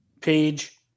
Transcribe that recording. page